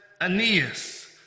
Aeneas